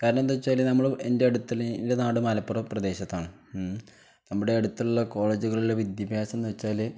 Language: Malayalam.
കാരണമെന്താണെന്ന് വെച്ചാല് നമ്മള് എൻ്റെ അടുത്തുള്ള എൻ്റെ നാട് മലപ്പുറം പ്രദേശത്താണ് ഉം നമ്മുടെ അടുത്തുള്ള കോളേജുകളിലെ വിദ്യാഭ്യാസമെന്ന് വെച്ചാല്